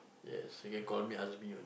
yes you can call me Azmi one